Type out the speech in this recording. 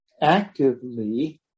actively